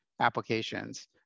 applications